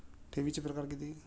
ठेवीचे प्रकार किती?